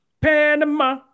Panama